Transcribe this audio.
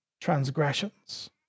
transgressions